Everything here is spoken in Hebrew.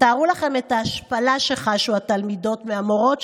תתארו לכם את ההשפלה שחשו התלמידות מהמורות,